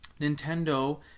Nintendo